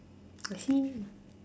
I see